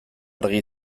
argi